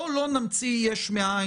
בואו לא נמציא יש מאין.